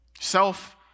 self